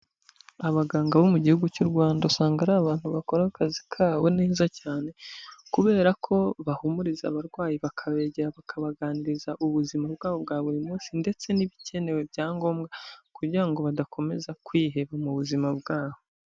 Abaganga bo mu gihugu cy'u rwanda usanga ari abantu bakora akazi kabo neza cyane kubera ko bahumuriza abarwayi bakabegera bakabaganiriza ubuzima bwabo bwa buri munsi ndetse n'ibikenewe bya ngombwa kugira ngo badakomeza kwiheba mu buzima bwabo.